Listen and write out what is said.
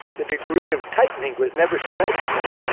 the degree of tightening was never symmetrical.